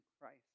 Christ